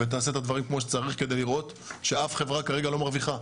ותעשה את הדברים כמו שצריך כדי לראות שאף חברה כרגע לא מרוויחה.